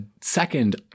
second